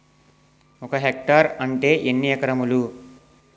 ఒక హెక్టార్ అంటే ఎన్ని ఏకరములు?